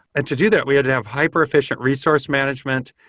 and to do that, we had to have hyper-efficient resource management.